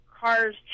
cars